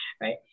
right